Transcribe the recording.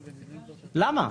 למה?